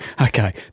Okay